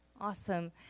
Awesome